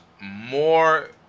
more